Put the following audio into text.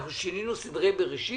אנחנו שינינו סדרי בראשית